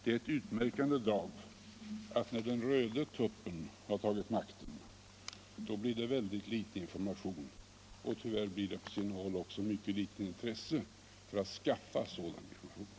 Det är ett utmärkande drag, att när den röda tuppen har tagit makten så blir det väldigt litet information, och tyvärr blir det på sina håll också mycket litet intresse för att skaffa sådan information.